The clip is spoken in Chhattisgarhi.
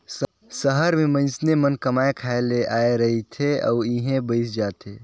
सहर में मइनसे मन कमाए खाए ले आए रहथें अउ इहें बइस जाथें